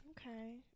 Okay